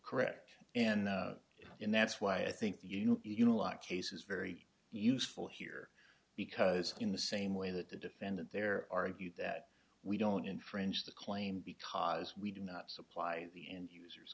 correct and and that's why i think that you know you know a lot of cases very useful here because in the same way that the defendant there argue that we don't infringe the claim because we do not supply the end users